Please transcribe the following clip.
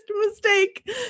Mistake